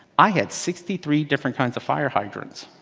i had sixty three different kinds of fire hydrants.